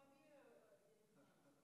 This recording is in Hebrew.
חבריי חברי הכנסת,